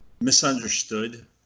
misunderstood